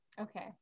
Okay